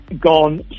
gone